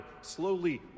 slowly